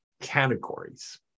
categories